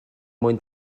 mwyn